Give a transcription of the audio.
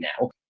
now